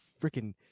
freaking